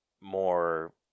more